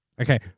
okay